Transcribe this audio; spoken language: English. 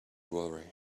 worry